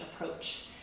approach